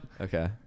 Okay